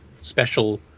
special